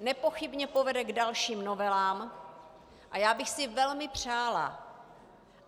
Nepochybně povede k dalším novelám a já bych si velmi přála,